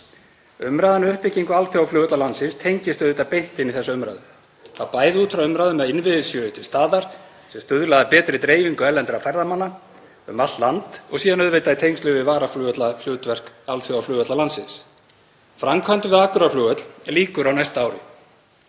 Umræðan um uppbyggingu alþjóðaflugvalla landsins tengist auðvitað beint inn í þessa umræðu, bæði út frá umræðunni að innviðir séu til staðar sem stuðla að betri dreifingu erlendra ferðamanna um allt land og síðan auðvitað í tengslum við varaflugvallahlutverk alþjóðaflugvalla landsins. Framkvæmdum við Akureyrarflugvöll lýkur á næsta ári